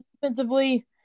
Defensively